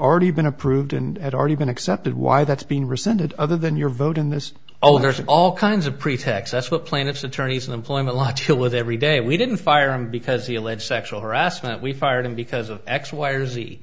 already been approved and had already been accepted why that's been rescinded other than your vote in this oh there's all kinds of pretext that's what plaintiff's attorneys in employment law to with every day we didn't fire him because he alleged sexual harassment we fired him because of x y or z